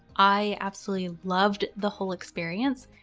i absolutely loved the whole experience.